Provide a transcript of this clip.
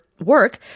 work